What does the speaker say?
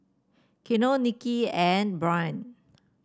Quiana Nikki and Byron